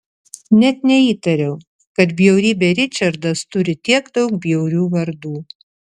net neįtariau kad bjaurybė ričardas turi tiek daug bjaurių vardų